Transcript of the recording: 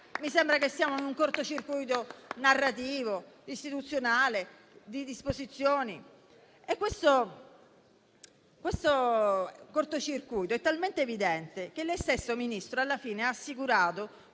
Mi sembra che siamo in un cortocircuito narrativo, istituzionale e delle disposizioni. Questo cortocircuito è talmente evidente che lei stesso, signor Ministro, alla fine ha assicurato,